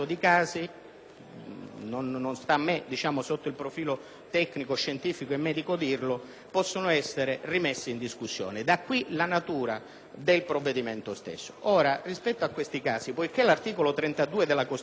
non sta a me dirlo sotto il profilo tecnico, scientifico e medico - possono essere rimessi in discussione. Da qui la natura del provvedimento stesso. Rispetto a questi casi, poiché l'articolo 32 della Costituzione recita